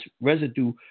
residue